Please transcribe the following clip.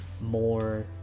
more